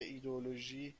ایدئولوژی